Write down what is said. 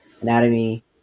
anatomy